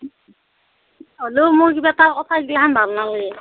হ'লেও মোৰ কিবা তাৰ কথাগিলাখন ভাল নালাগে